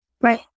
Right